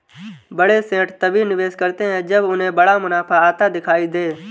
बड़े सेठ तभी निवेश करते हैं जब उन्हें बड़ा मुनाफा आता दिखाई दे